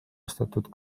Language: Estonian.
ostetud